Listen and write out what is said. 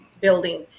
building